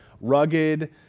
rugged